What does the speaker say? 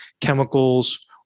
chemicals